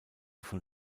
von